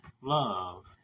love